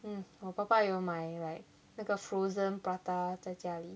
mm 我爸爸有买 like 那个 frozen prata 在家里